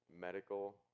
medical